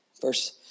verse